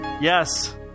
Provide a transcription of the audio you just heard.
yes